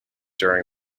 during